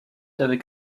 avec